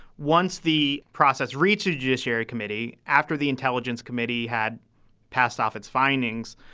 once the process reaches judiciary committee, after the intelligence committee had passed off its findings,